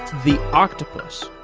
the octopus,